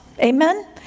Amen